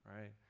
right